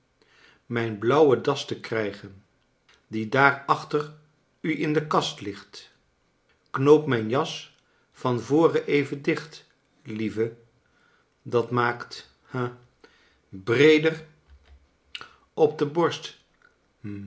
mijn blauwe das te krijgen die daar achter u in de kast ligt knoop mijn jas van voren even dicht lieve dat maakt ha breeder op de borst